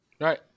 right